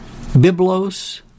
Biblos